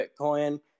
Bitcoin